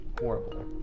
horrible